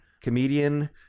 comedian